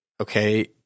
Okay